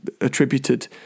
attributed